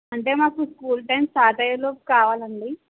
అంటే మాకు school time start అయ్యేలోపు కావాలండి